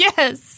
Yes